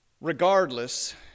Regardless